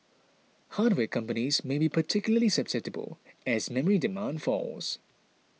hardware companies may be particularly susceptible as memory demand falls